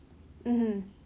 mmhmm